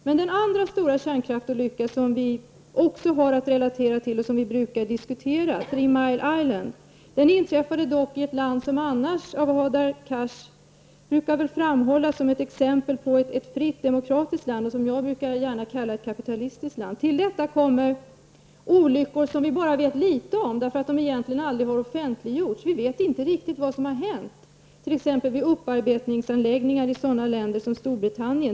Men den andra stora kärnkraftsolyckan som vi också har att relatera till och som vi brukar diskutera, nämligen den i Three Mile Island, inträffade dock i ett land som annars av Hadar Cars brukar framhållas som exempel på ett fritt och demokratiskt land, och som jag gärna brukar kalla för ett kapitalistiskt land. Till detta kommer olyckor som vi vet bara litet om, eftersom de egentligen aldrig har offentliggjorts. Vi vet inte riktigt vad som har hänt. Det gäller t.ex. Storbritannien.